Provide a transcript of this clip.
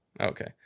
Okay